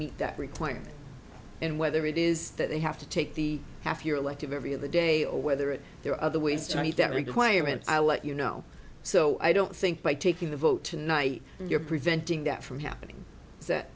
meet that requirement and whether it is that they have to take the half year elective every of the day or whether it there are other ways to meet that requirement i'll let you know so i don't think by taking a vote tonight you're preventing that from happening is that